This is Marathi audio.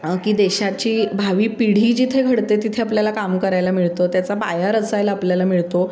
की देशाची भावी पिढी जिथे घडते तिथे आपल्याला काम करायला मिळतं त्याचा पाया रचायला आपल्याला मिळतो